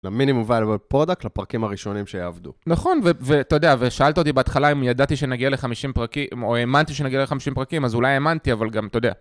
למינימום אבל בפרודקט, לפרקים הראשונים שיעבדו. נכון, ואתה יודע, ושאלת אותי בהתחלה אם ידעתי שנגיע ל-50 פרקים, או האמנתי שנגיע ל-50 פרקים, אז אולי האמנתי, אבל גם, אתה יודע.